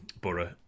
Borough